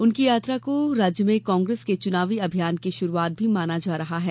उनकी यात्रा को राज्य में कांग्रेस के चुनावी अभियान की शुरूआत भी माना जा रहा है